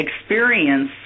experience